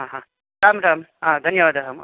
राम् राम् धन्यवादः महोदय